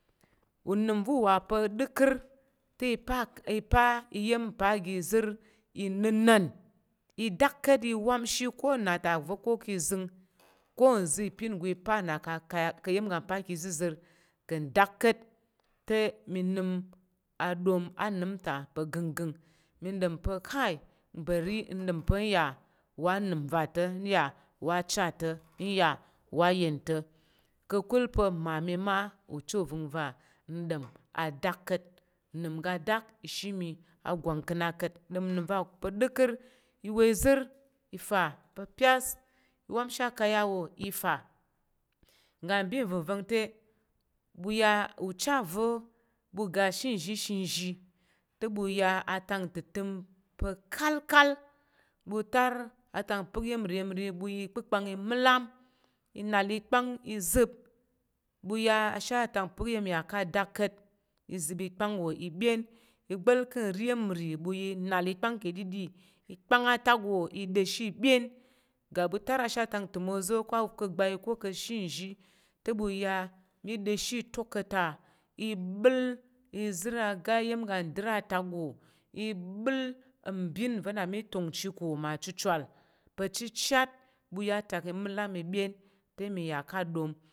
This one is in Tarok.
Unəm va̱ uwa pa̱ ɗəkər te i pa pa iya̱m mpa iga ìzər ina̱nna̱n i dak ka̱t i wamshi ko nnà ta va̱ ko ka̱ zəng ka̱ nza̱ ìpin nggo i pan na ka̱ ka̱ ya ka̱ iya̱m ga pa̱ ka̱ izəzər kang adak ka̱t te mi nəm aɗom anəm ta pa̱ gənggəng mi ɗom pa̱ kai bari ndom pa̱ n yà wa anəm va ta n yà wa acha ta, n ya wa ayen ta, ka̱kul pa̱ mmami ma ucha uvəngva n ɗom adak ka̱t unəm ga dak i shi mi agwang ka na ka̱t nɗom u va̱ pa̱ ɗəkər i wor izər i fa pa̱ pyas i wamshi akaya wo i fa ngga be nva̱ngva̱ te ɓu ya ucha va̱ ɓu ga shi zhi shizhi te ɓu ya atak təmtəm pa̱ kalkal ɓu tar atak mpək iya̱m nri iya̱m ri ɓu yi ipənipəng i milem inal ikpang izəp ɓu ya ashi atak mpək iya̱m ya ka̱ dak ka̱t i zəp ikpəkpang wo i byen i bal ka̱ nri iya̱m nri ɓu ya nal ikpang ka̱ ɗiɗi beng atak wo i ɗa̱mshi ibyen ga ɓu tar ashe atak ntəm oza̱ ko ka̱ gbai ko ka̱ ashe nzhi te ɓu ya mi ɗa̱mshi itok ka̱ ta i bəl izər aga ayam ga ndər atak wò i bəl mbin va̱ na mi tongchi ko ma chuchuwal pa̱ chichat ɓu ya atak i ma̱lam i byen te mi ya ka̱ nɗom.